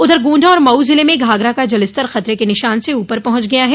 उधर गोण्डा और मऊ जिले में घाघरा का जलस्तर खतर के निशान से ऊपर पहुंच गया है